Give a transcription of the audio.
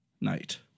Night